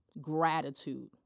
gratitude